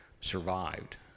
survived